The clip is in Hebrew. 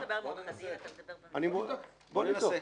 כי אתה לא מדבר --- אתה מדבר --- בוא נבדוק.